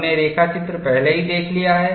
हमने रेखाचित्र पहले ही देख लिया है